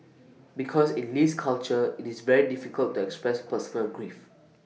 because in Lee's culture IT is very difficult to express personal grief